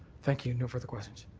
thank you. no further questions.